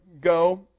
go